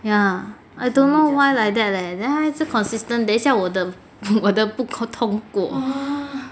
ya I don't know why like that leh then 它一直 consistent 等一下我的我通过